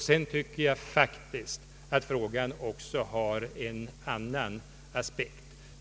Sedan tycker jag faktiskt att frågan också har en annan aspekt.